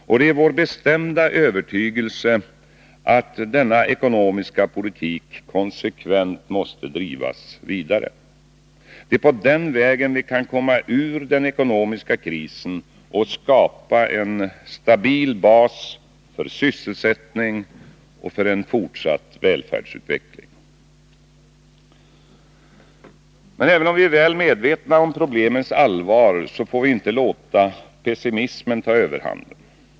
Och det är vår bestämda övertygelse att denna ekonomiska politik konsekvent måste drivas vidare. Det är på den vägen vi kan komma ur den ekonomiska krisen och skapa en stabil bas för sysselsättning och fortsatt välfärdsutveckling. Även om vi är väl medvetna om problemens allvar, får vi inte låta pessimismen ta överhanden.